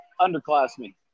underclassmen